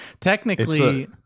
Technically